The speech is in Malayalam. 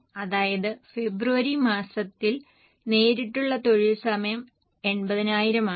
അതായത് ഫെബ്രുവരി മാസത്തിൽ നേരിട്ടുള്ള തൊഴിൽ സമയം 80000 ആണ്